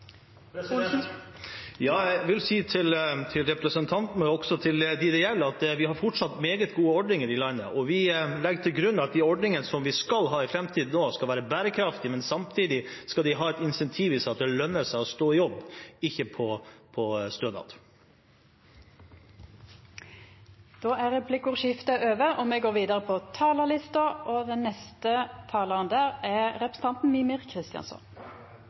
vil si til representanten, men også til dem det gjelder, at vi har fortsatt meget gode ordninger i landet, og vi legger til grunn at de ordningene som vi skal ha i framtiden, også skal være bærekraftige. Men samtidig skal de ha et insentiv i seg: at det lønner seg å stå i jobb, ikke leve på stønad. Då er replikkordskiftet over. De siste dagene og ukene har det gått ut tusenvis på